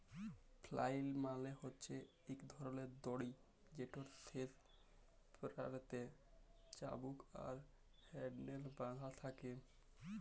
flail মালে হছে ইক ধরলের দড়ি যেটর শেষ প্যারালতে চাবুক আর হ্যাল্ডেল বাঁধা থ্যাকে